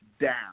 down